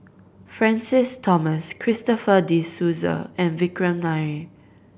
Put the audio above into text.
Francis Thomas Christopher De Souza and Vikram Nair